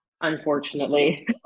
unfortunately